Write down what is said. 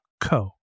co